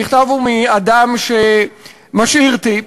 המכתב הוא דווקא לא ממלצר, הוא מאדם שמשאיר טיפ,